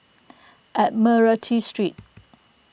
Admiralty Street